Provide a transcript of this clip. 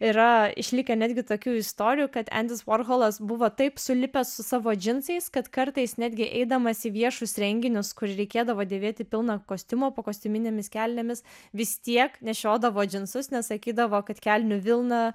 yra išlikę netgi tokių istorijų kad endis vorholas buvo taip sulipęs su savo džinsais kad kartais netgi eidamas į viešus renginius kur reikėdavo dėvėti pilną kostiumą po kostiuminėmis kelnėmis vis tiek nešiodavo džinsus nes sakydavo kad kelnių vilna